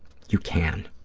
you can.